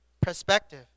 perspective